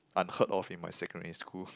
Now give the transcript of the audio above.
unheard of in my secondary school